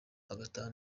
agataha